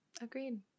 agreed